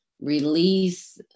release